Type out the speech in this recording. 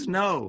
no